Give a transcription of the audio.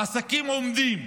העסקים עומדים.